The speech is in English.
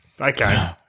Okay